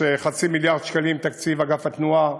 יש חצי מיליארד שקלים לתקציב אגף התנועה.